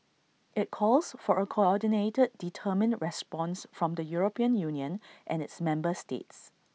IT calls for A coordinated determined response from the european union and its member states